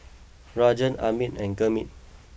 Rajan Amit and Gurmeet